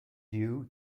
due